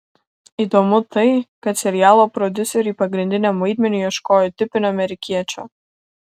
įdomu tai kad serialo prodiuseriai pagrindiniam vaidmeniui ieškojo tipinio amerikiečio